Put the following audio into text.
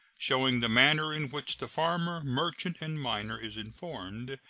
showing the manner in which the farmer, merchant, and miner is informed,